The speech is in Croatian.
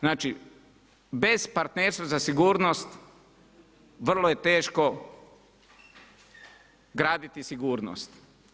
Znači, bez partnerstva za sigurnost vrlo je teško graditi sigurnost.